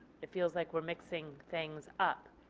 it feels like we are mixing things up.